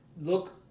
look